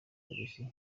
polisi